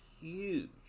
huge